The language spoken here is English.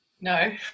No